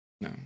no